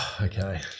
Okay